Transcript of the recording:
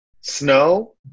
Snow